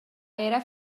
era